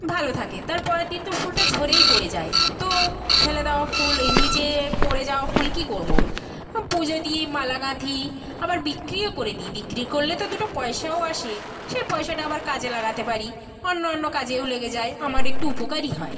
ভালো থাকে তার পরের দিন তো ফুলটা ঝরেই পড়ে যায় তো ফেলে দেওয়া ফুল এই নিচে পড়ে যাওয়া ফুল কী করব পুজো দিই মালা গাঁথি আবার বিক্রিও করে দিই বিক্রি করলে তো দুটো পয়সাও আসে সে পয়সাটা আবার কাজে লাগাতে পারি অন্য অন্য কাজেও লেগে যায় আমার একটু উপকারই হয়